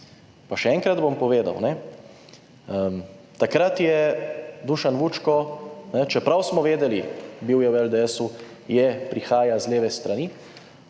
bom še enkrat povedal, takrat je Dušan Vučko - čeprav smo vedeli, bil je v LDS, prihaja z leve strani,